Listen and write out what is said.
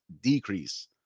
decrease